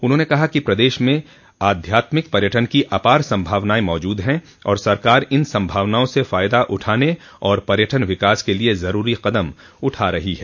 उन्होंने कहा कि प्रदेश में आध्यात्मिक पर्यटन की अपार संभावनाएं मौजूद हैं और सरकार इन सभावनाओं से फायदा उठाने और पर्यटन विकास के लिए ज़रूरी कदम उठा रही है